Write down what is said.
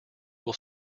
will